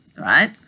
right